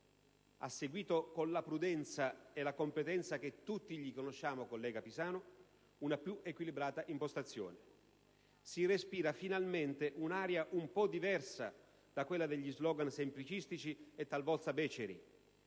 ha seguito con la prudenza e con la competenza che tutti gli riconosciamo, emerge una più equilibrata impostazione. Si respira finalmente un'area un po' diversa da quella degli slogan semplicistici e talvolta beceri;